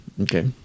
Okay